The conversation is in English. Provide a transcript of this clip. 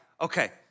Okay